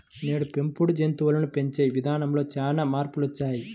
నేడు పెంపుడు జంతువులను పెంచే ఇదానంలో చానా మార్పులొచ్చినియ్యి